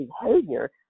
behavior